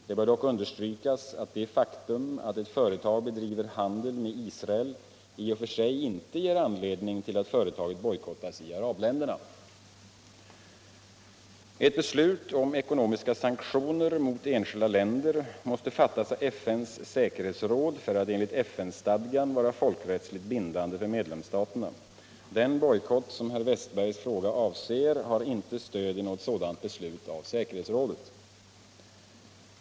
Det bör dock understrykas att det faktum att eu företag bedriver handel med Isracl i och för sig inte ger anledning till att företaget bojkottas i arabländerna. Ett beslut om ekonomiska sanktioner mot enskilda länder måste fattas av FN:s säkerhetsråd för att enligt FN-stadgan vara folkrättsligt bindande för medlemsstaterna. Den bojkott som herr Wästbergs fråga avser har inte stöd i något beslut av säkerhetsrådet.